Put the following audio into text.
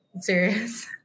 serious